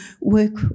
work